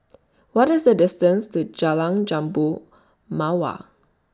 What IS The distance to Jalan Jambu Mawar